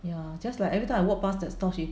ya just like everytime I walk pass that stall she